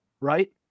right